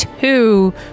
two